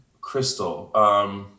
crystal